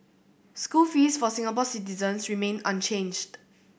school fees for Singapore citizens remain unchanged